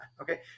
Okay